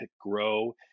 grow